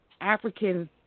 African